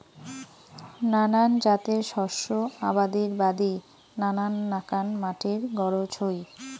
নানান জাতের শস্য আবাদির বাদি নানান নাকান মাটির গরোজ হই